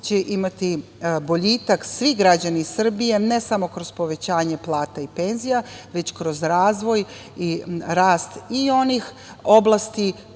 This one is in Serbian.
će imati boljitak svi građani Srbije, ne samo kroz povećanje plata i penzija, već kroz razvoj i rast i onih oblasti